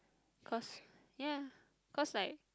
cause ya cause like